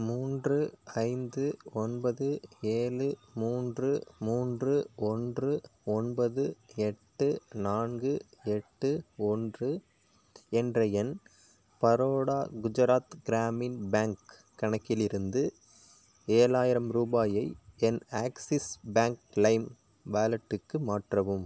மூன்று ஐந்து ஒன்பது ஏழு மூன்று மூன்று ஒன்று ஒன்பது எட்டு நான்கு எட்டு ஒன்று என்ற என் பரோடா குஜராத் கிராமின் பேங்க் கணக்கிலிருந்து ஏழாயிரம் ரூபாயை என் ஆக்ஸிஸ் பேங்க் லைம் வாலெட்டுக்கு மாற்றவும்